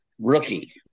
rookie